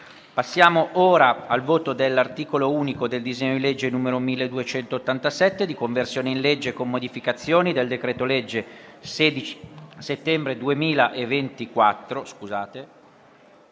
la votazione dell'articolo unico del disegno di legge n. 1287, di conversione in legge, con modificazioni, del decreto-legge 16 settembre 2024,